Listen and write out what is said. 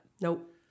Nope